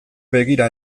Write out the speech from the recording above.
begira